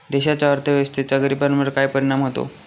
देशाच्या अर्थव्यवस्थेचा गरीबांवर काय परिणाम होतो